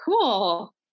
cool